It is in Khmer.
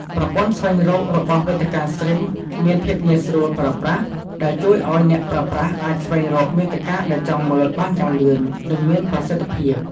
ប្រព័ន្ធស្វែងរករបស់វេទិកាស្ទ្រីមមានភាពងាយស្រួលប្រើប្រាស់ ដែលជួយឲ្យអ្នកប្រើប្រាស់អាចស្វែងរកមាតិកាដែលចង់មើលបានយ៉ាងលឿន និងមានប្រសិទ្ធភាព។